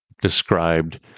described